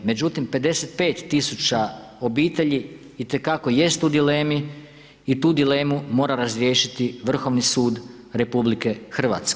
Međutim, 55 000 obitelji itekako jest u dilemi i tu dilemu mora razriješiti Vrhovni sud RH.